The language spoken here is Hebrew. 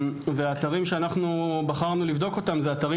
האתרים שאנחנו בחרנו לבדוק אותם אלו אתרים